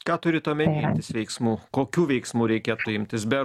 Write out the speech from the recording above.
ką turit omeny veiksmų kokių veiksmų reikėtų imtis be